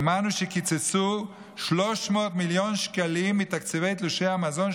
שמענו שקיצצו 300 מיליון שקלים מתקציבי תלושי המזון,